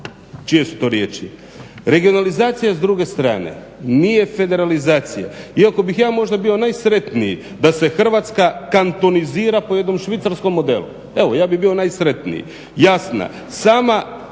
čije su to riječi. Regionalizacija s druge strane nije federalizacija, iako bih ja možda bio najsretniji da se Hrvatska kantonizira po jednom švicarskom modelu. Evo, ja bih bio najsretniji. Jasno, sama